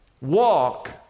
walk